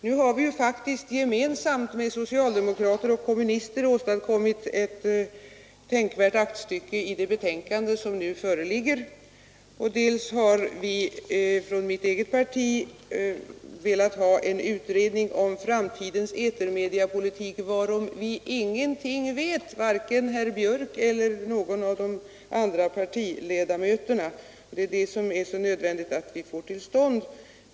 Nu har vi ju faktiskt gemensamt med socialdemokrater och kommunister åstadkommit ett tänkvärt aktstycke i det betänkande som föreligger, och vidare har vi från mitt eget parti velat ha en utredning om framtidens etermediapolitik, varom ingen någonting vet — varken herr Björk eller någon av de andra ledamöterna. Det är det som är så nödvändigt att vi får veta.